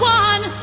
one